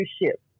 leadership